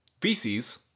feces